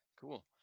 Cool